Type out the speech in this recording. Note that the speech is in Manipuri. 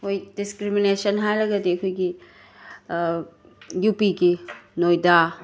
ꯍꯣꯏ ꯗꯤꯁꯀ꯭ꯔꯤꯃꯤꯅꯦꯁꯟ ꯍꯥꯏꯔꯒꯗꯤ ꯑꯩꯈꯣꯏꯒꯤ ꯌꯨ ꯄꯤꯒꯤ ꯅꯣꯏꯗꯥ